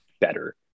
better